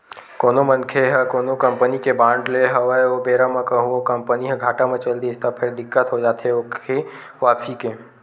कोनो मनखे ह कोनो कंपनी के बांड लेय हवय ओ बेरा म कहूँ ओ कंपनी ह घाटा म चल दिस त फेर दिक्कत हो जाथे ओखी वापसी के